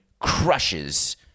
crushes